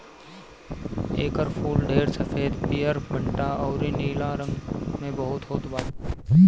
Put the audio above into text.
एकर फूल ढेर सफ़ेद, पियर, भंटा अउरी नीला रंग में होत बाटे